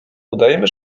udajemy